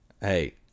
Hey